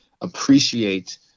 appreciate